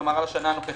כלומר השנה הנוכחית